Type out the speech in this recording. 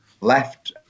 left